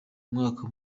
mwaka